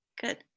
Good